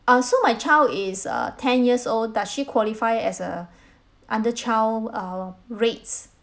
uh so my child is uh ten years old does she qualify as a under child uh rates